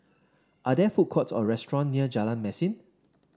are there food courts or restaurant near Jalan Mesin